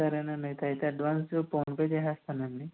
సరేనండీ అయితే అయితే అడ్వాన్స్ ఫోన్పే చేస్తానండి